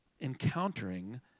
encountering